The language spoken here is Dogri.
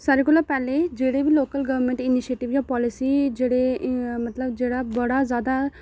सारें कोला पैह्लें जेह्ड़े बी लोकल गवर्नमैंट इनिशिएटिव जां पालिसी जेह्ड़े मतलब जेह्ड़ा बड़ा जैदा